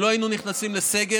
אם לא היינו נכנסים לסגר,